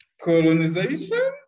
colonization